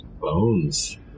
Bones